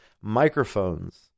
microphones